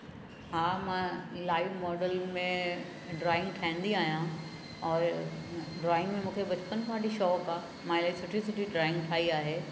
हा मां इलाही मॉडल में ड्रॉइंग ठाहींदी आहियां और ड्रॉइंग में मूंखे बचपन खां वठी शौक़ु आहे मां इलाही सुठी सुठी ड्रॉइंग ठाही आहे